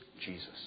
Jesus